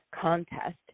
contest